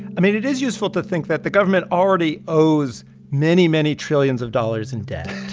i mean, it is useful to think that the government already owes many, many trillions of dollars in debt,